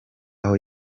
aho